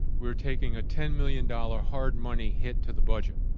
we are taking a ten million dollar hard money hit to the budget.